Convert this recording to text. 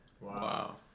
Wow